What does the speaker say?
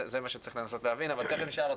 זה מה שצריך לנסות להבין, תכף נשאל אותם.